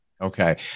Okay